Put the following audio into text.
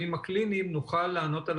גאה לומר שזה בהחלט הישג.